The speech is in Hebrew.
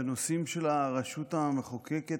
בנושאים של הרשות המחוקקת,